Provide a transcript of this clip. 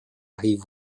rive